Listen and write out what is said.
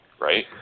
right